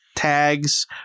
Tags